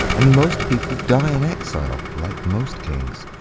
and most people die in exile, like most kings.